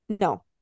No